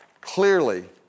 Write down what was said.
Clearly